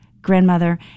grandmother